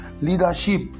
leadership